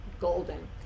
golden